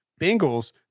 Bengals